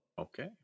Okay